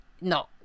no